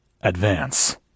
Advance